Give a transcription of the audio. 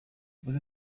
você